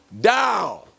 down